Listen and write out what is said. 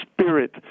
spirit